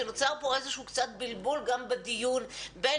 שנוצר פה איזשהו בלבול גם בדיון בין